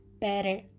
better